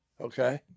Okay